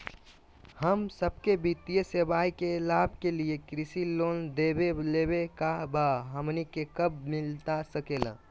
हम सबके वित्तीय सेवाएं के लाभ के लिए कृषि लोन देवे लेवे का बा, हमनी के कब मिलता सके ला?